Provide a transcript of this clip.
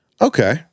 Okay